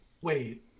Wait